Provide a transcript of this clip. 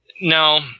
No